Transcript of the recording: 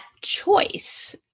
choice